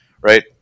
right